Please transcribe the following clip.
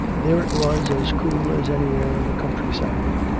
there it was as cool as anywhere in the countryside.